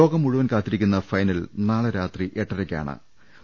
ലോകം മുഴുവൻ കാത്തിരിക്കുന്ന ഫൈനൽ നാളെ രാത്രി എട്ടരയ്ക്കാ ണ്